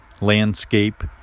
landscape